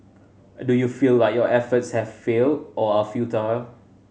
do you feel like your efforts have failed or are futile